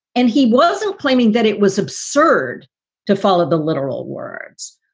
and he wasn't claiming that it was absurd to follow the literal words.